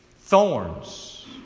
thorns